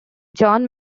john